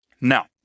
Now